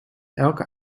elke